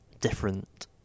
different